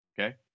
okay